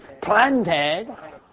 planted